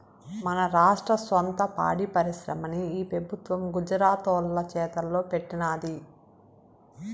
మన రాష్ట్ర సొంత పాడి పరిశ్రమని ఈ పెబుత్వం గుజరాతోల్ల చేతల్లో పెట్టినాది